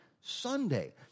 Sunday